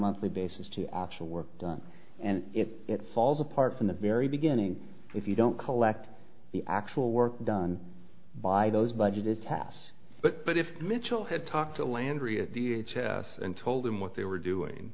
monthly basis to actual work done and it falls apart from the very beginning if you don't collect the actual work done by those budgeted tasks but but if mitchell had talked to landry at the h s and told him what they were doing